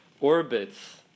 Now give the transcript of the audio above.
orbits